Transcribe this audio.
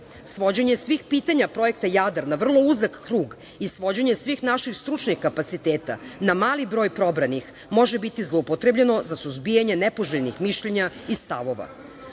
svih pitanja Projekta "Jadar" na vrlo uzak krug i svođenje svih naših stručnih kapaciteta na mali broj probranih, može biti zloupotrebljeno za suzbijanje nepoželjnih mišljenja i stavova.